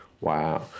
Wow